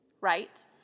right